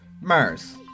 Mars